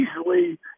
easily